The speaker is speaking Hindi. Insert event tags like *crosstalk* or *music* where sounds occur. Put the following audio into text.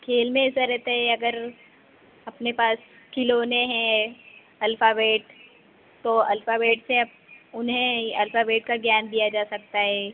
खेल में *unintelligible* अगर अपने पास खिलौने हैं अल्फाबेट तो अल्फाबेट से उन्हें अल्फाबेट का ज्ञान दिया जा सकता है